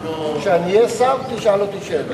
כשאני אהיה שר תשאל אותי שאלות.